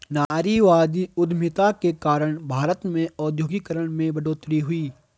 नारीवादी उधमिता के कारण भारत में औद्योगिकरण में बढ़ोतरी हुई